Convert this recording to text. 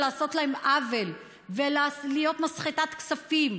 ולעשות להם עוול ולהיות מסחטת כספים.